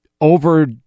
over